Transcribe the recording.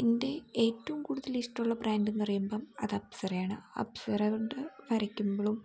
എൻ്റെ ഏറ്റവും കൂടുതൽ ഇഷ്ടമുള്ള ബ്രാൻഡ് എന്ന് പറയുമ്പം അത് അപ്സരയാണ് അപ്സര കൊണ്ട് വരയ്ക്കുമ്പോളും